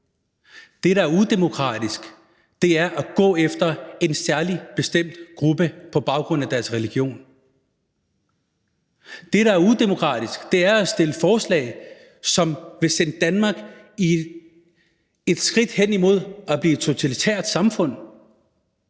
Det, der er udemokratisk, er at gå efter en bestemt gruppe på baggrund af deres religion. Det, der er udemokratisk, er at stille forslag, som vil sende Danmark et skridt hen imod at blive et totalitært samfund.